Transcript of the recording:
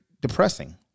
depressing